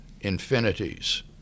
infinities